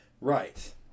right